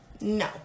No